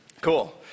Cool